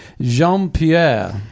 Jean-Pierre